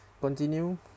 Continue